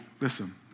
Listen